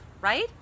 right